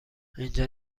اینجا